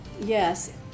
Yes